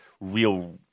real